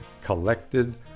collected